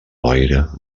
boira